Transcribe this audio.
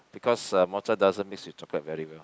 because uh mocha doesn't mix with chocolate very well